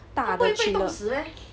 大的 chiller